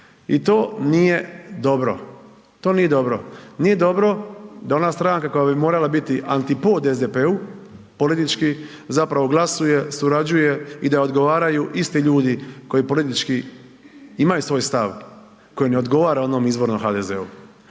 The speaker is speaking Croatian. I to nije dobro. To nije dobro. Nije dobro da ona stranka koja bi morala biti antipod SDP-u politički zapravo glasuje, surađuje i da odgovaraju isti ljudi koji politički imaju svoj stav, koji ne odgovara onom izvornom HDZ-u.